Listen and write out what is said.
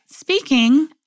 Speaking